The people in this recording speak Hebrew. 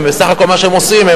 בסך הכול מה שהם עושים,